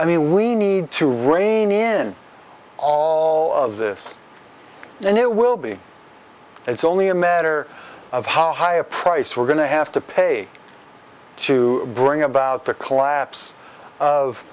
i mean we need to rein in all of this and it will be it's only a matter of how high a price we're going to have to pay to bring about the collapse of